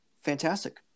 fantastic